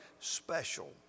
special